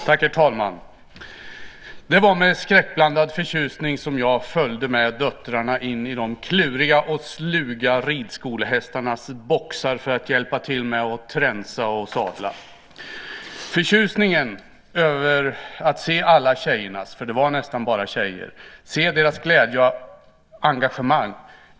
Herr talman! Det var med skräckblandad förtjusning som jag följde döttrarna in i de kluriga och sluga ridskolehästarnas boxar för att hjälpa till med att tränsa och sadla. Förtjusning över att se alla tjejernas, för det var nästan bara tjejer, glädje och engagemang.